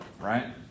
right